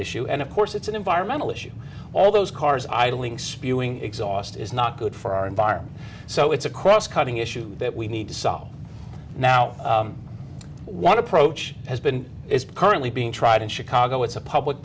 issue and of course it's an environmental issue all those cars idling spewing exhaust is not good for our environment so it's a cross cutting issue that we need to solve now one approach has been is currently being tried in chicago it's a public